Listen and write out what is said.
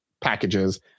packages